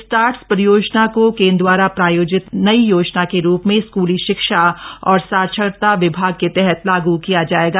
stars परियोजना को केन्द्र दवारा प्रायोजित नई योजना के रूप में स्कूली शिक्षा और साक्षरता विभाग के तहत लागू किया जायेगा